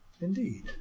Indeed